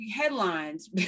headlines